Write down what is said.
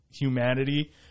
humanity